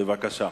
בבקשה.